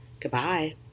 Goodbye